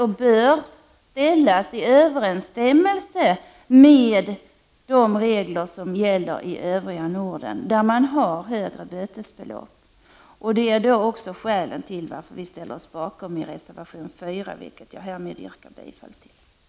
1989/90:31 och ställas i överensstämmelse med de regler som gäller i övriga Norden, där 22 november 1989 man har högre bötesbelopp. Det är också skälet till att vi ställt oss bakom Z — kraven i reservation 4, vilken jag härmed yrkar bifall till. Vissa trafikfrågor